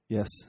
Yes